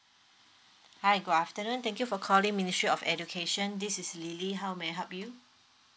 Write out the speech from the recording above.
hi good afternoon thank you for calling ministry of education this is lily how may I help you